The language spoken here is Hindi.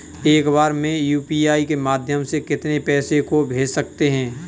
एक बार में यू.पी.आई के माध्यम से कितने पैसे को भेज सकते हैं?